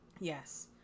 Yes